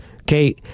Okay